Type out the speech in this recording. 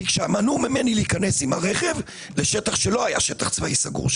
כשמנעו ממני להיכנס עם הרכב לשטח שלא היה שטח צבאי סגור,